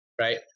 right